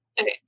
Okay